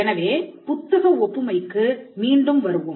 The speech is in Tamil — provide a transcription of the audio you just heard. எனவே புத்தக ஒப்புமைக்கு மீண்டும் வருவோம்